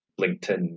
LinkedIn